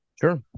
Sure